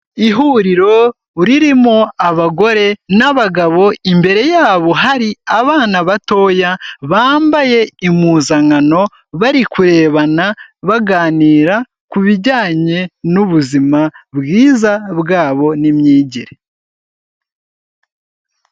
Ihuriro ririmo abagore n'abagabo, imbere yabo hari abana batoya bambaye impuzankano, bari kurebana baganira ku bijyanye n'ubuzima bwiza bwabo n'imyigire.